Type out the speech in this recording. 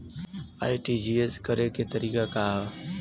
RTGS करे के तरीका का हैं?